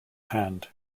hand